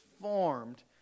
formed